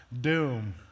doom